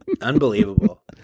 unbelievable